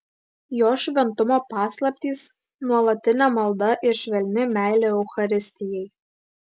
jo šventumo paslaptys nuolatinė malda ir švelni meilė eucharistijai